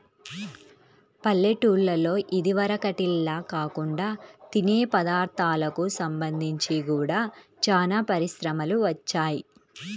పల్లెటూల్లలో ఇదివరకటిల్లా కాకుండా తినే పదార్ధాలకు సంబంధించి గూడా చానా పరిశ్రమలు వచ్చాయ్